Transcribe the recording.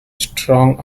strong